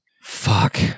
fuck